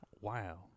Wow